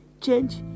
change